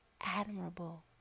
admirable